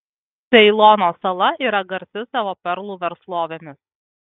ceilono sala yra garsi savo perlų verslovėmis